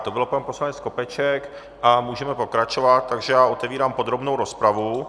To byl pan poslanec Skopeček a můžeme pokračovat, takže já otevírám podrobnou rozpravu.